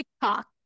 TikTok